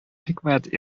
хикмәт